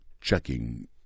checking